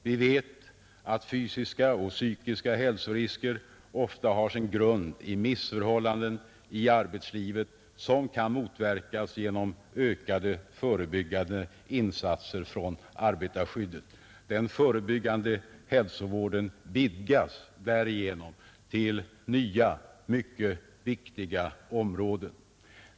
Vi vet att fysiska och psykiska hälsorisker ofta har sin grund i missförhållanden i arbetslivet, som kan motverkas genom ökade förebyggande insatser från arbetarskyddet. Den förebyggande hälsovården vidgas därigenom till nya mycket viktiga områden.